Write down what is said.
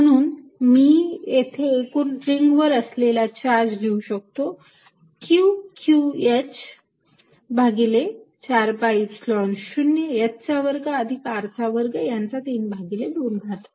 म्हणून मी येथे एकूण रिंग वर असलेला चार्ज लिहू शकतो Q q h भागिले 4 पाय ईप्सिलॉन 0 h चा वर्ग अधिक R चा वर्ग यांचा 32 घात